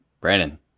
Brandon